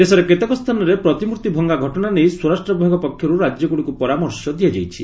ଦେଶର କେତେକ ସ୍ଥାନରେ ପ୍ରତିମ୍ଭର୍ତ୍ତି ଭଙ୍ଗା ଘଟଣା ନେଇ ସ୍ୱରାଷ୍ଟ୍ର ବିଭାଗ ପକ୍ଷରୁ ରାଜ୍ୟଗୁଡ଼ିକୁ ପରାମର୍ଶ ଦିଆଯାଇଛି